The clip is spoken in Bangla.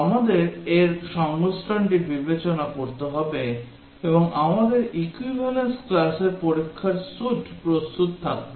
আমাদের এর সংমিশ্রণটি বিবেচনা করতে হবে এবং আমাদের equivalence classর পরীক্ষার স্যুট প্রস্তুত থাকবে